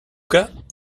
cas